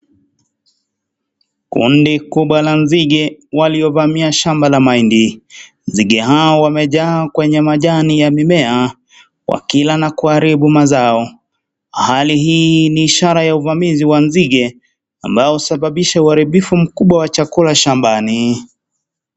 Kundi kubwa la nzige waliovamia shamba la mahindi. Nzige hao wamejaa kwenye majani ya mimea wakila na kuharibu mazao. Hali hii ni ishara ya uvamizi wa nzige ambao husababisha uharibifu mkubwa wa chakula shambani.